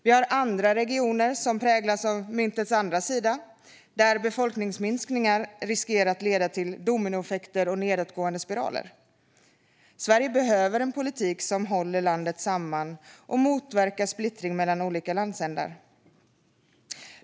Vi har andra regioner som präglas av myntets andra sida, där befolkningsminskningar riskerar att leda till dominoeffekter och nedåtgående spiraler. Sverige behöver en politik som håller landet samman och motverkar splittring mellan olika landsändar.